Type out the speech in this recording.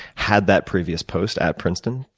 had that previous post at princeton.